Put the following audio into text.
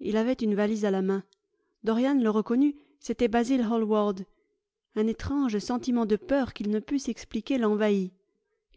il avait une valise à la main dorian le reconnut c'était basil hallward un étrange sentiment de peur qu'il ne put s'expliquer l'envahit